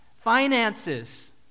Finances